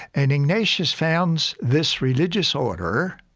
and ignatius founds this religious order